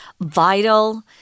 vital